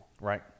Right